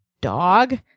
dog